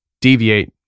deviate